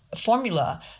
formula